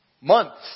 Months